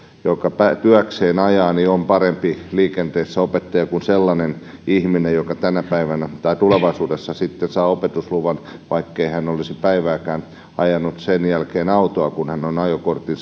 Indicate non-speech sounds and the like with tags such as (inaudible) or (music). joka työkseen ajaa on parempi opettaja liikenteessä kuin sellainen ihminen joka sitten tulevaisuudessa saa opetusluvan vaikkei olisi päivääkään ajanut sen jälkeen autoa kun hän on ajokortin (unintelligible)